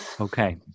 Okay